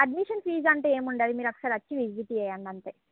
admission fees అంటూ ఏముండదు మీరు ఒకసారి వచ్చి విజిట్ చేయండి అంతే